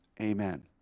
Amen